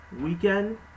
weekend